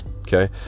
okay